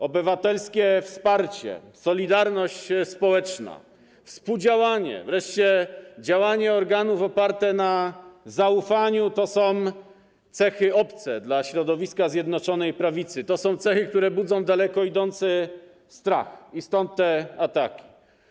Obywatelskie wsparcie, solidarność społeczna, współdziałanie, wreszcie działanie organów oparte na zaufaniu to są cechy obce środowisku Zjednoczonej Prawicy, to są cechy, które budzą daleko idący strach i stąd te ataki.